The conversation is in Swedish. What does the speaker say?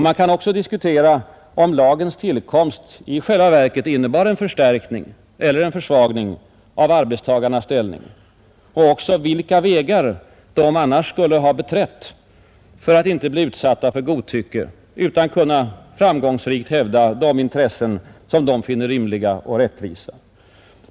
Man kan även diskutera om lagens tillkomst i själva verket innebar en förstärkning eller en försvagning av arbetstagarnas ställning och också vilka vägar de annars skulle ha beträtt för att inte bli utsatta för godtycke utan framgångsrikt kunna hävda de intressen som de finner rimliga och rättvisa.